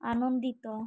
ଆନନ୍ଦିତ